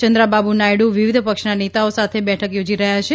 ચંદ્રાબાબુ નાયડુ વિવિધ પક્ષના નેતાઓ સાથે બેઠક યોજી રહ્યા છે